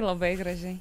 labai gražiai